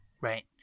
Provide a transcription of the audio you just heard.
Right